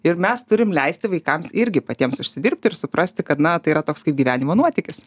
ir mes turim leisti vaikams irgi patiems užsidirbti ir suprasti kad na tai yra toks kaip gyvenimo nuotykis